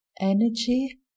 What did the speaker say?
energy